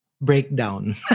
breakdown